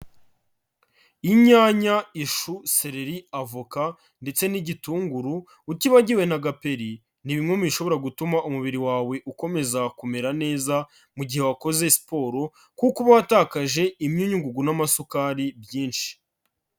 Inyanya, ishu, seleri, avoka ndetse n'igitunguru utibagiwe na gaperi ni bimwe mu bishobora gutuma umubiri wawe ukomeza kumera neza mu gihe wakoze siporo kuko uba watakaje imyunyungugu n'amasukari byinshi.